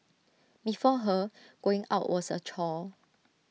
before her going out was A chore